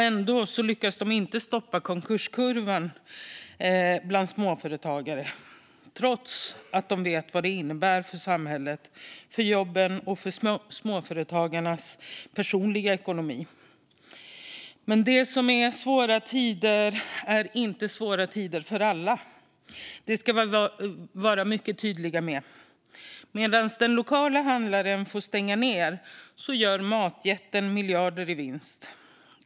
Ändå lyckas de inte stoppa konkurskurvan bland småföretagare, trots att de vet vad det innebär för samhället, jobben och småföretagarnas personliga ekonomi. Det som är svåra tider är inte svåra tider för alla. Det ska vi vara mycket tydliga med. Medan den lokala handlaren får stänga ned gör matjätten miljarder i vinst.